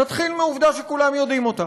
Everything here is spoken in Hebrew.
נתחיל מעובדה שכולם יודעים אותה: